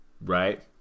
right